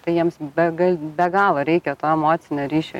tai jiems be be galo reikia to emocinio ryšio